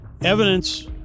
evidence